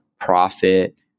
profit